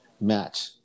match